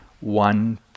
one